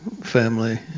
family